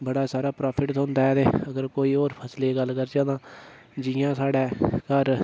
बड़ा सारा प्राॅफिट थ्होंदा ऐ तां अगर कोई होर फसलै दी गल्ल करचै तां जि'यां साढ़े घर